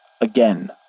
again